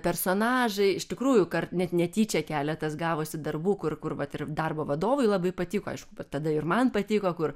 personažai iš tikrųjų kar net netyčia keletas gavosi darbų kur kur vat ir darbo vadovui labai patiko aišku tada ir man patiko kur